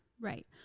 Right